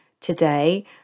today